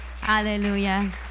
hallelujah